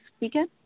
weekend